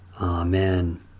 Amen